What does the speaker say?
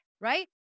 right